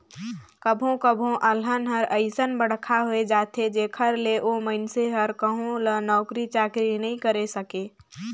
कभो कभो अलहन हर अइसन बड़खा होए जाथे जेखर ले ओ मइनसे हर कहो ल नउकरी चाकरी नइ करे सके